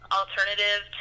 alternative